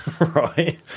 Right